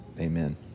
amen